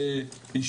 האיש